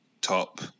top